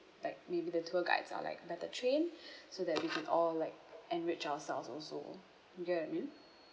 like maybe the tour guides are like better trained so that we can all like enrich ourselves also you get what I mean